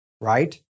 right